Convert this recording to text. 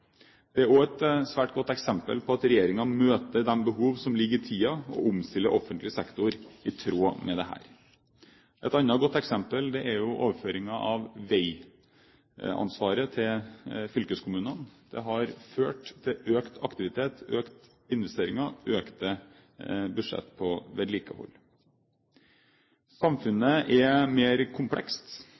godt eksempel på at regjeringen møter de behovene som ligger i tiden, og omstiller offentlig sektor i tråd med dette. Et annet godt eksempel er overføringen av vegansvaret til fylkeskommunene. Det har ført til økt aktivitet, økte investeringer og økte budsjett til vedlikehold. Samfunnet er blitt mer komplekst.